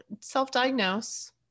self-diagnose